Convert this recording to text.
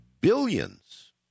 billions